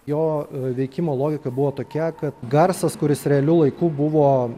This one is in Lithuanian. jo veikimo logika buvo tokia kad garsas kuris realiu laiku buvo